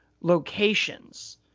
locations